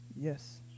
Yes